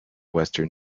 western